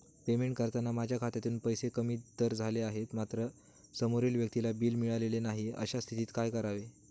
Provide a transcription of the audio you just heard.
Payment करताना माझ्या खात्यातून पैसे कमी तर झाले आहेत मात्र समोरील व्यक्तीला बिल मिळालेले नाही, अशा स्थितीत काय करावे?